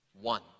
one